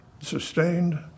sustained